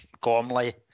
Gormley